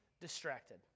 distracted